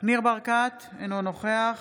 ניר ברקת, אינו נוכח